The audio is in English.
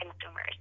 consumers